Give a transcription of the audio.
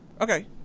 Okay